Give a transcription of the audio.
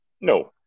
No